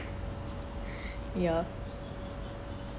ya